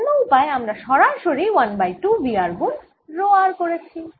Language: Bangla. অন্য উপায়ে আমরা সরাসরি 1 বাই 2 v r গুন রো r করেছি